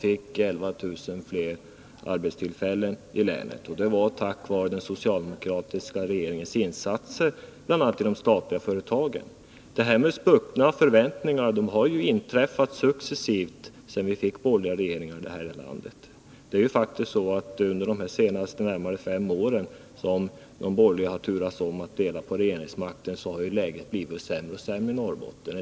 Då fick man 11 000 fler arbetstillfällen i länet, och det var tack vare den socialdemokratiska regeringens insatser bl.a. i de statliga företagen. Det här med spruckna förväntningar har ju inträffat successivt sedan vi fick borgerlig regering i det här landet. Under de senaste nära fem åren som de borgerliga har turats om att dela på regeringsmakten har ju läget blivit sämre och sämre i Norrbotten.